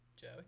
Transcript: Joey